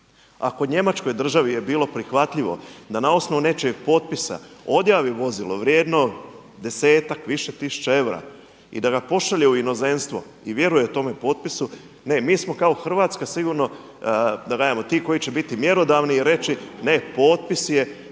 Ako Njemačkoj državi je bilo prihvatljivo da na osnovu nečijeg potpisa odjavi vozilo vrijedno desetak više tisuća eura i da ga pošalje u inozemstvo i vjeruje tome potpisu, ne mi smo kao Hrvatska sigurno da kažemo ti koji će biti mjerodavni i reći, ne potpis je taj